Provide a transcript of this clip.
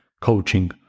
coaching